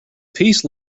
peace